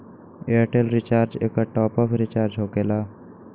Airtel recharge एकर top of recharge होकेला?